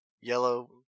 yellow